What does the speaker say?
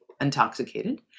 intoxicated